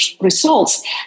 results